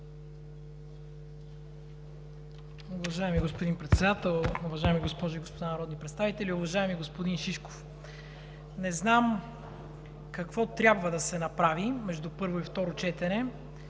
Уважаеми господин Председател, уважаеми госпожи и господа народни представители! Уважаеми господин Шишков, не знам какво трябва да се направи между първо и второ четене,